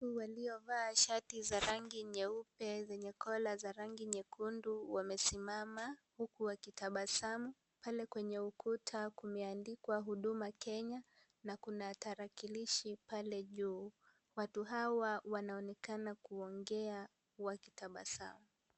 Wati waliovaa shati za rangi nyeupe zenye collar za rangi nyekundu wamesimama huku wakitabasamu, pale kwenye ukuta kumeandikwa Huduma Kenya na kuna tarakilishi pale juu, watu hawa wanaonekana kuongea wakitabasamu.